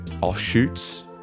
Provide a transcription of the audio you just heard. offshoots